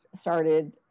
started